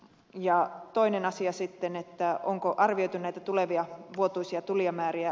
ja toiseksi onko arvioitu näitä tulevia vuotuisia tulijamääriä